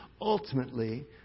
Ultimately